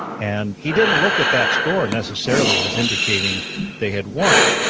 and he didn't look at that score necessarily as indicating they had won.